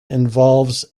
involves